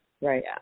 Right